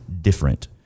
different